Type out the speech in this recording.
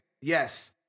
Yes